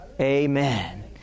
amen